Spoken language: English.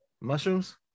Mushrooms